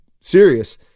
serious